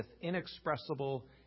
inexpressible